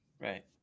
Right